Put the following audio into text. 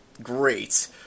great